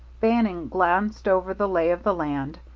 bannon glanced over the lay of the land,